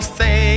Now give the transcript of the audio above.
say